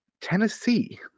Tennessee